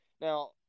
Now